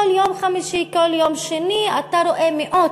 כל יום חמישי, כל יום שני, אתה רואה מאות,